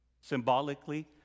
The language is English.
symbolically